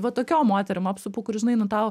va tokiom moterim apsupu kur žinai nu tau